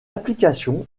application